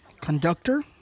Conductor